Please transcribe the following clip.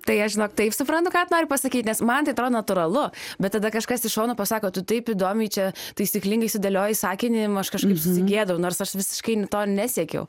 tai aš žinok taip suprantu ką tu nori pasakyt nes man tai atrod natūralu bet tada kažkas iš šono pasako tu taip įdomiai čia taisyklingai sudėlioji sakinį aš kažkaip susigėdau nors aš visiškai to nesiekiau